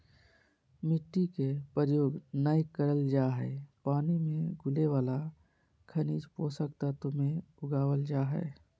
मिट्टी के प्रयोग नै करल जा हई पानी मे घुले वाला खनिज पोषक तत्व मे उगावल जा हई